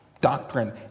Doctrine